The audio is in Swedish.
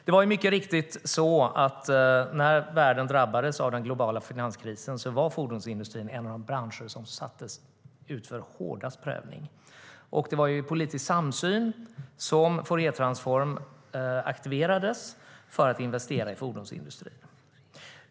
Det var mycket riktigt så att när världen drabbades av den globala finanskrisen var fordonsindustrin en av de branscher som utsattes för hårdast prövning. Och det var i politisk samsyn som Fouriertransform aktiverades för att investera i fordonsindustrin.